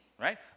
right